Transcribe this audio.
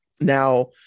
now